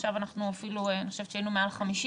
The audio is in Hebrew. עכשיו אני חושבת שהיינו אפילו מעל 50,000,